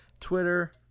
Twitter